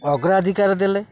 ଅଗ୍ରାଧିକାର ଦେଲେ